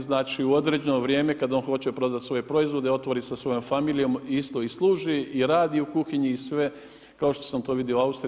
Znači u određeno vrijeme kad on hoće prodat svoje proizvode otvori sa svojom familijom, isto ih služi i radi u kuhinji i sve kao što sam to vidio u Austriji.